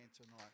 tonight